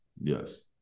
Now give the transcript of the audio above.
Yes